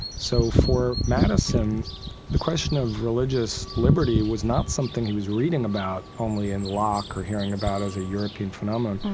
so for madison the question of religious liberty was not something he was reading about only in locke or hearing about as european phenomenon.